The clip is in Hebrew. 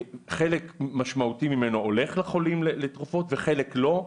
חלק משמעותי ממנו הולך לחולים לתרופות וחלק לא.